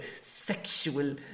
sexual